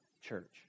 Church